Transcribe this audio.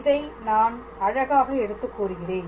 இதை நான் அழகாக எடுத்துக் கூறுகிறேன்